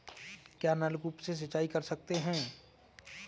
क्या नलकूप से सिंचाई कर सकते हैं?